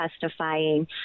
testifying